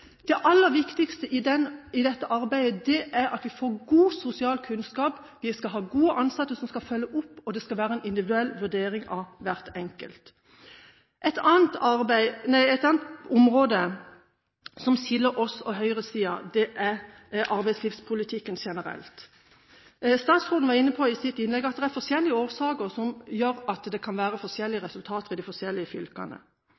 Det aller viktigste i dette arbeidet er at vi har ansatte med god sosial kunnskap, som skal følge opp, og det skal være en individuell vurdering av hver enkelt. Et annet område som skiller oss fra høyresiden, er arbeidslivspolitikken generelt. Statsråden var i sitt innlegg inne på at det er forskjellige årsaker som gjør at det kan være forskjellige